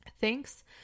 Thanks